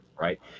right